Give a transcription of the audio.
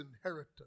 inheritance